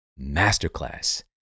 masterclass